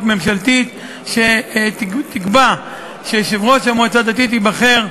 ממשלתית שתקבע שיושב-ראש המועצה הדתית ייבחר,